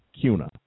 CUNA